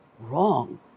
wrong